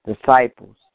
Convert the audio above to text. disciples